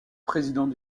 président